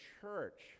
church